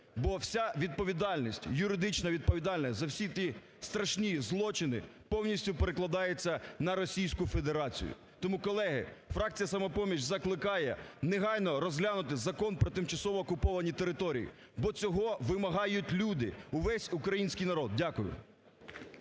бо вся відповідальністю, юридична відповідальність за всі ті страшні злочини повністю перекладається на Російську Федерацію. Тому, колеги, фракція "Самопоміч" закликає негайно розглянути Закон про тимчасово окуповані території, бо цього вимагають люди, увесь український народ. Дякую.